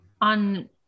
on